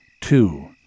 Two